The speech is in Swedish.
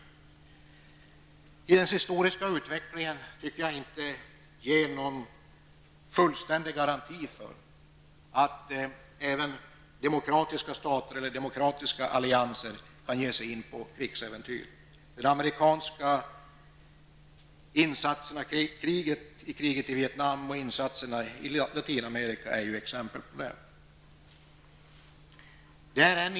Jag tycker inte att den historiska utvecklingen ger någon fullständig garanti för att inte demokratiska stater eller demokratiska allianser skulle ge sig in i krigsäventyr. De amerikanska insatserna i kriget i Vietnam eller i Latinamerika kan anföras som exempel i det sammanhanget.